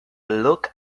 look